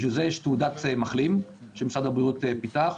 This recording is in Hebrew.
בשביל זה יש תעודת מחלים שמשרד הבריאות פיתח,